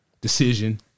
decision